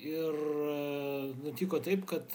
ir nutiko taip kad